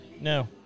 No